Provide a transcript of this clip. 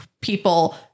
people